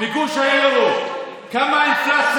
ואנחנו לא, בגוש היורו, כמה האינפלציה?